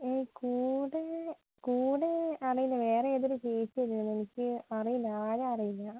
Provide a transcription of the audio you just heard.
ഏയ് കൂടെ കൂടെ അറിയില്ല വേറെ ഏതോ ഒരു ചേച്ചിയാണ് ഇരുന്നത് എനിക്ക് അറിയില്ല ആരേം അറിയില്ല